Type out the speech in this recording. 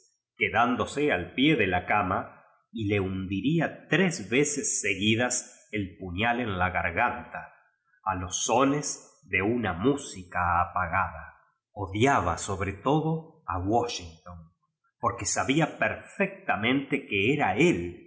quedándose ni píe de la cama y le hundiría tres veces seguidas el puñal en la garganta a los sones de una música apa gada odiaba sobre todo a washington porque sabía perfectamente que era él